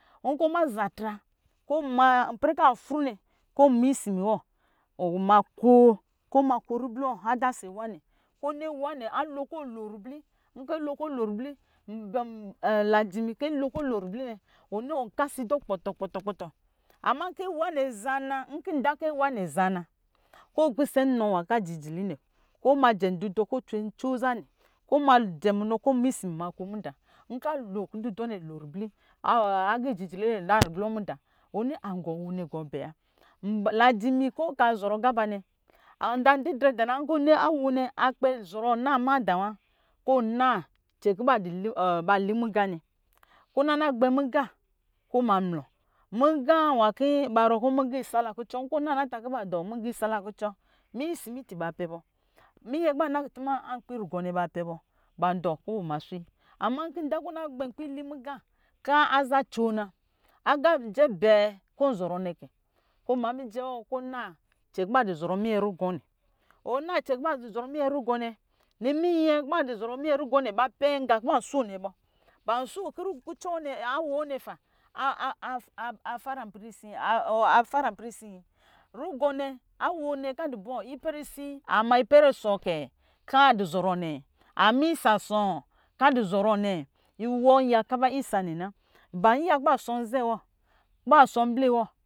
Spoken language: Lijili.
Nkɔ ɔ ma za atra ko ma ipɛrɛ kɔ afru nɛ kɔ ɔma isimi wɔ ɔma ko nako riblo nawa nɛ kɔ ɔni awa nɛ alo kɔ alo wɔ ribli lajimi kɔ alo kɔ lowɔ ribli nɛ ɔ kasɔ idɔ kpɔtɔ kpɔtɔ nkɔ nda kɔ awa nɛ aza na kɔ ɔ pisɛ nnɔ nwa kɔ ajijili nɛ kɔ ɔma jɛn dudɔ kɔ cwencoo za nɛ kɔ ɔ me jɛ munɔ kɔ ɔma isimi ko mada kɔ dudɔ nɛ alo wɔ ribli alo kɔ ana ribli wɔ ni agɔ awɔ nɛ bɛ wa lajimi kɔ ka zɔrɔ nga ba nɛ ɔnza didrɛ dana nkɔ ɔni awo nɛ akpɛ zɔrɔ na mada wa na cɛ nkɔ ba li muga nɛ kɔ ɔ mana gbɛ muga kɔ ɔ ma mlɔ muga nwa kɔ ba rɔɔ kɔ muga isala kucɔ kɔ ba dɔ muga isala kucɔ minyɛ isimi ti ba pɛ bɔ minnɛ kɔ ba dɔ na kutuma nkparugɔ nɛ ba pɛ bɔ ba ma dɔ kɔ ɔma swe ama nkɔ ɔna gbɛ nkpi lu muga kɔ aza co na aga aga nyɛ bɛɛ kɔ ɔnzɔrɔ nɛ kɛ kɔ ɔma mijɛ wɔ kɔ ɔna cɛn kɔ ba zɔrɔ minyɛ rugɔ nɛ ɔna cɛnkɔ ba dɔ zɔrɔ miyɛrɛ rugɔ nɛ, minyɛ kɔ ba dɔ zɔrɔ minyɛ rugɔ nɛ ba pɛ nga kɔ ban sho nɛ bɔ ban sho kɔ awo wɔ nɛ pa a- a- a- afara ipɛrɛ wisi rugɔ nɛ awo nɛ ipɛrɛ wisi ama ipɛrɛ asɔ kɛ kɔ a dɔ zɔrɔ nɛ ama isa sɔ kɔ adɔ zɔrɔ nɛ iwɔ nzɔrɔ yaka ba isa nɛna ba yiya kɔ ba sɔ nzɛ wɔ ban yiya kɔ ba sɔ mble wɔ